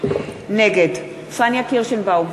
נגד פניה קירשנבאום,